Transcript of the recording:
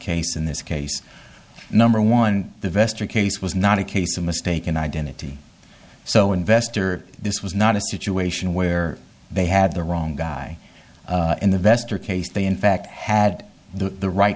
case in this case number one the vester case was not a case of mistaken identity so investor this was not a situation where they had the wrong guy in the vester case they in fact had the right